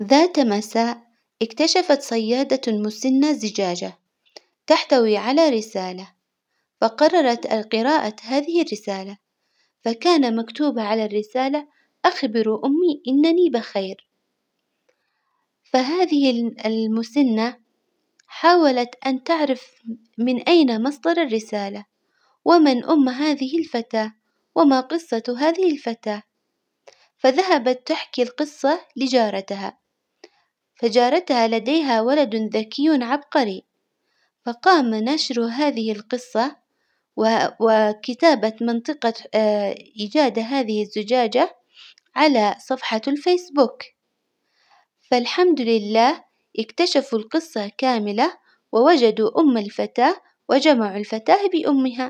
ذات مساء إكتشفت صيادة مسنة زجاجة تحتوي على رسالة، فقررت القراءة هذه الرسالة، فكان مكتوب على الرسالة أخبروا أمي إنني بخير، هذه ال- المسنة حاولت أن تعرف من أين مصدر الرسالة? ومن أم هذه الفتاة? وما قصة هذه الفتاة? فذهبت تحكي القصة لجارتها، فجارتها لديها ولد ذكي عبقري، فقام نشر هذه القصة وكتابة منطقة إيجاد هذه الزجاجة على صفحة الفيسبوك، فالحمد لله إكتشفوا القصة كاملة، ووجدوا أم الفتاة وجمعوا الفتاة بأمها.